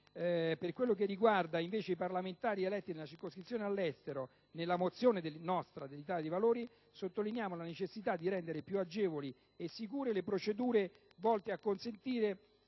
Per quello che riguarda invece i parlamentari eletti nella circoscrizione Estero, nella mozione dell'Italia dei Valori si sottolinea la necessità di rendere più agevoli e sicure le procedure volte a consentire